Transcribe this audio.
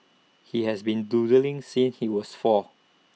he has been doodling since he was four